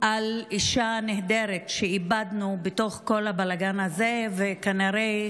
על אישה נהדרת שאיבדנו בתוך כל הבלגן הזה, וכנראה